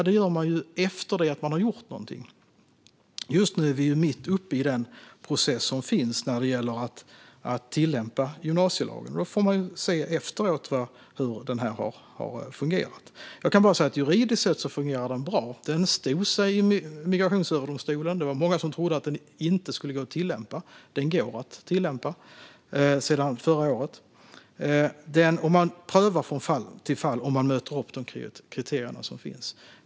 Det gör man ju efter att man har gjort något. Just nu är vi dock mitt uppe i processen med att tillämpa gymnasielagen. Man får se efteråt hur den har fungerat. Jag kan bara säga att den juridiskt sett fungerar bra. Den stod sig i Migrationsöverdomstolen. Det var många som trodde att den inte skulle gå att tillämpa, men den går att tillämpa sedan förra året. Det prövas från fall om man möter de kriterier som finns.